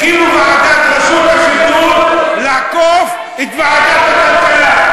הקימו ועדה לרשות השידור כדי לעקוף את ועדת הכלכלה.